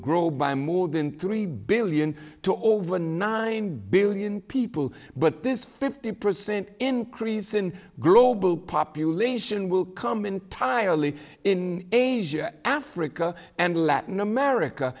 grow by more than three billion to over nine billion people but this fifty percent increase in global population will come entirely in asia africa and latin america